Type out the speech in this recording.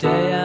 Day